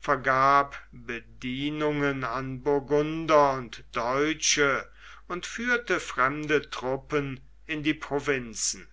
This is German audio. vergab bedienungen an burgunder und deutsche und führte fremde truppen in die provinzen